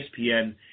ESPN